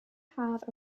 have